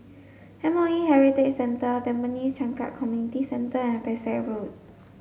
M O E Heritage Centre Tampines Changkat Community Centre and Pesek Road